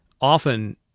often